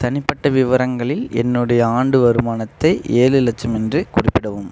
தனிப்பட்ட விவரங்களில் என்னுடைய ஆண்டு வருமானத்தை ஏழு லட்சம் என்று குறிப்பிடவும்